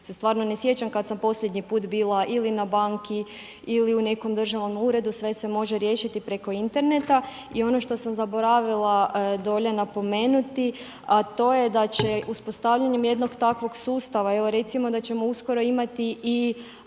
se stvarno ne sjećam kada sam posljednji put bila ili na banki ili u nekom državnom uredu sve se može riješiti preko interneta. I ono što sam zaboravila dolje napomenuti, da to je da će uspostavljanjem jednog takvog sustava, evo recimo da ćemo uskoro imati i